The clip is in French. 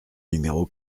numéro